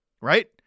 Right